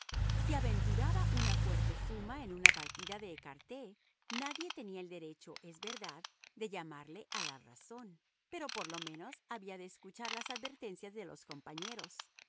si aventuraba una fuerte suma en una partida de écarté nadie tenía el derecho es verdad de llamarle a la razón pero por lo menos había de escuchar las advertencias de los compañeros